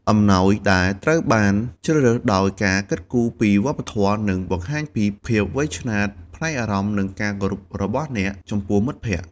អំណោយដែលត្រូវបានជ្រើសរើសដោយការគិតគូរពីវប្បធម៌ នឹងបង្ហាញពី ភាពវៃឆ្លាតផ្នែកអារម្មណ៍ និងការគោរពរបស់អ្នកចំពោះមិត្តភក្តិ។